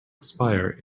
expire